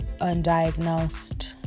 undiagnosed